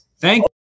thank